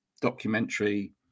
documentary